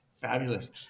fabulous